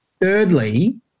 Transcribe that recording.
Thirdly